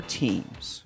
teams